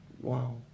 Wow